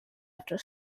after